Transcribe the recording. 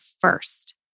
first